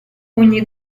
ogni